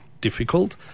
difficult